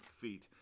feet